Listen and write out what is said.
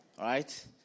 right